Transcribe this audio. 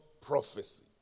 prophecy